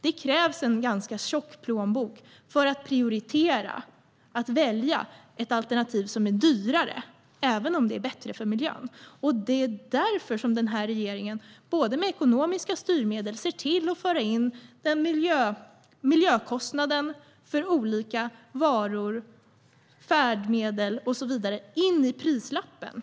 Det krävs en ganska tjock plånbok för att prioritera ett alternativ som är dyrare, även om det är bättre för miljön. Det är därför denna regering med ekonomiska styrmedel ser till att föra in miljökostnaden för olika varor, färdmedel och så vidare i prislappen.